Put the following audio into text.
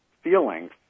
Feelings